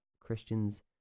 Christians